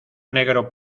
negro